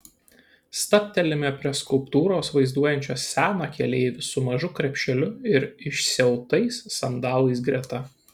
stabtelime prie skulptūros vaizduojančios seną keleivį su mažu krepšeliu ir išsiautais sandalais greta